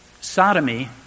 Sodomy